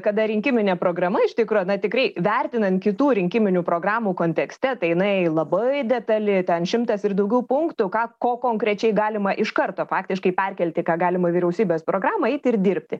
kada rinkiminė programa iš tikro na tikrai vertinant kitų rinkiminių programų kontekste tai jinai labai detali ten šimtas ir daugiau punktų ką ko konkrečiai galima iš karto faktiškai perkelti ką galima į vyriausybės programą eiti ir dirbti